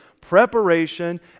Preparation